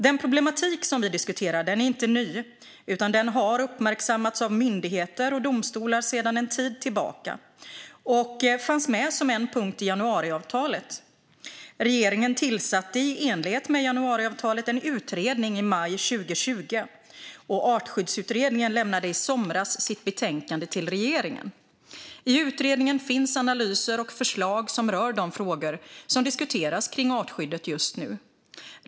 Den problematik som vi diskuterar är inte ny utan har uppmärksammats av myndigheter och domstolar sedan en tid tillbaka och fanns med som en punkt i januariavtalet. Regeringen tillsatte i enlighet med januariavtalet en utredning i maj 2020. Artskyddsutredningen lämnade i somras sitt betänkande till regeringen. I utredningen finns analyser och förslag som rör de frågor som diskuteras kring artskyddet just nu.